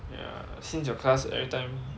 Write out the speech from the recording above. ya since your class everytime